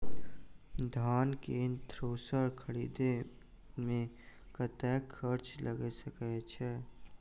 धान केँ थ्रेसर खरीदे मे कतेक खर्च लगय छैय?